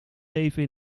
leven